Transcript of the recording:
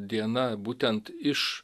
diena būtent iš